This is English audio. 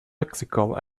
lexical